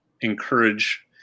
encourage